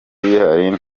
bihari